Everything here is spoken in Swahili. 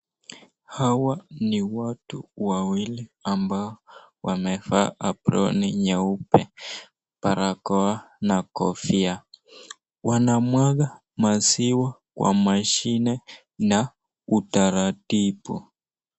Hawa ni watu wawili ambao wamevaa aproni nyeupe, barakoa na kofia. Wanamwaga maziwa kwa mashine na utaratibu.